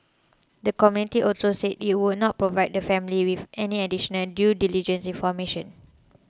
the committee also said it would not provide the family with any additional due diligence information